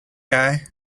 guy